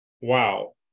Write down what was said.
Wow